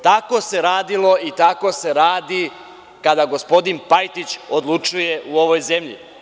Tako se radilo i tako se radi kada gospodin Pajtić odlučuje u ovoj zemlji.